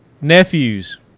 nephews